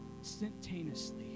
instantaneously